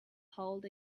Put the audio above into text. hold